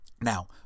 Now